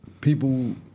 people